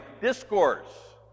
discourse